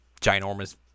ginormous